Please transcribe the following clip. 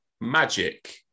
magic